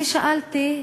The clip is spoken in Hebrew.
אני שאלתי,